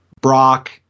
Brock